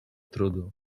trudu